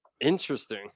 Interesting